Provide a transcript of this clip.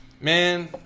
Man